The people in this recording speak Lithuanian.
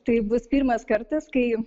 taip bus pirmas kartas kai